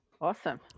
Awesome